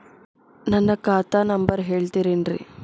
ನನ್ನ ಖಾತಾ ನಂಬರ್ ಹೇಳ್ತಿರೇನ್ರಿ?